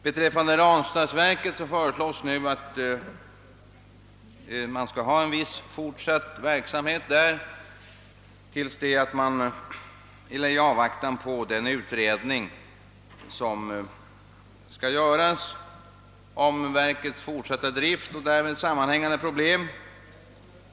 Beträffande Ranstadsverket föreslås nu en viss fortsatt verksamhet där i avvaktan på den utredning som skall göras om verkets fortsatta drift och därmed sammanhängande problem.